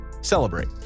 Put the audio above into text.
celebrate